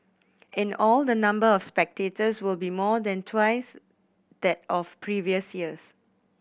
in all the number of spectators will be more than twice that of previous years